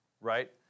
right